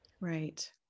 Right